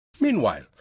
Meanwhile